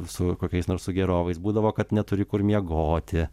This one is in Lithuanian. su kokiais nors sugėrovais būdavo kad neturi kur miegoti